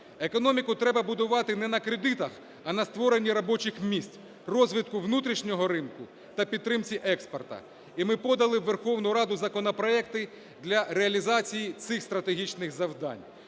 Економіку треба будувати не на кредитах, а на створенні робочих місць, розвитку внутрішнього ринок та підтримці експорту. І ми подали у Верховну Раду законопроекти для реалізації цих стратегічних завдань.